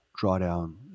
drawdown